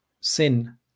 sin